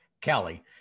Kelly